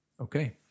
Okay